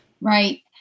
Right